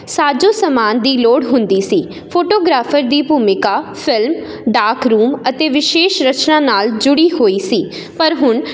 ਸਾਜ਼ੋ ਸਮਾਨ ਦੀ ਲੋੜ ਹੁੰਦੀ ਸੀ ਫੋਟੋਗ੍ਰਾਫਰ ਦੀ ਭੂਮਿਕਾ ਫ਼ਿਲਮ ਡਾਕ ਰੂਮ ਅਤੇ ਵਿਸ਼ੇਸ਼ ਰਚਨਾ ਨਾਲ ਜੁੜੀ ਹੋਈ ਸੀ ਪਰ ਹੁਣ